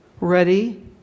ready